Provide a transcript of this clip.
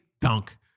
dunk